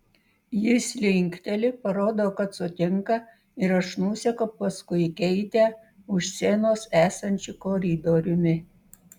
jis linkteli parodo kad sutinka ir aš nuseku paskui keitę už scenos esančiu koridoriumi